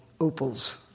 opals